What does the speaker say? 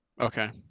Okay